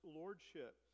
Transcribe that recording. lordship